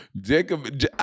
Jacob